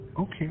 Okay